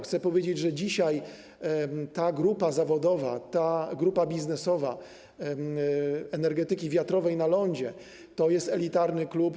Chcę powiedzieć, że dzisiaj ta grupa zawodowa, ta grupa biznesowa energetyki wiatrowej na lądzie to jest elitarny klub.